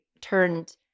turned